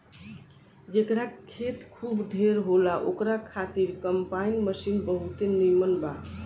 जेकरा खेत खूब ढेर होला ओकरा खातिर कम्पाईन मशीन बहुते नीमन बा